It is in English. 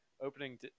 opening